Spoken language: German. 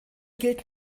gilt